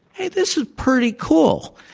hey, this is pretty cool.